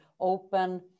open